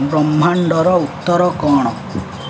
ବ୍ରହ୍ମାଣ୍ଡର ଉତ୍ତର କ'ଣ